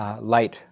light